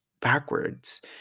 backwards